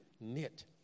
knit